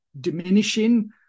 diminishing